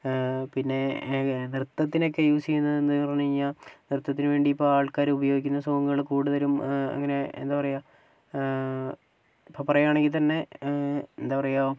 പിന്നെ നൃത്തത്തിനൊക്കെ യൂസ് ചെയ്യുന്നത് എന്ന് പറഞ്ഞു കഴിഞ്ഞാൽ നൃത്തത്തിന് വേണ്ടി ഇപ്പോൾ ആൾക്കാർ ഉപയോഗിക്കുന്ന സോങ്ങുകൾ കൂടുതലും അങ്ങനെ എന്താ പറയുക ഇപ്പോൾ പറയുകയാണെങ്കിൽ തന്നെ എന്താ പറയുക